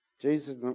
jesus